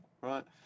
right